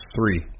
Three